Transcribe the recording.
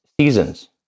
seasons